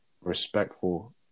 respectful